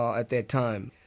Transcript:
at that time.